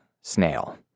snail